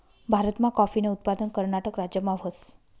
भारतमा काॅफीनं उत्पादन कर्नाटक राज्यमा व्हस